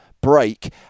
break